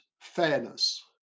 fairness